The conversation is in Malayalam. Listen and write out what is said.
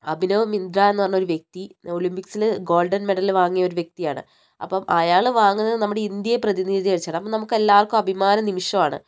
അഭിനവ് മിന്ദ്രാ എന്ന് പറഞ്ഞൊരു വ്യക്തി ഒളിമ്പിക്സിൽ ഗോൾഡൻ മെഡല് വാങ്ങിയ ഒരു വ്യക്തിയാണ് അപ്പോൾ അയാൾ വാങ്ങുന്നത് നമ്മുടെ ഇന്ത്യയെ പ്രതിനിധീകരിച്ചാണ് അപ്പോൾ നമുക്കെല്ലാവർക്കും അഭിമാന നിമിഷമാണ്